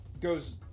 goes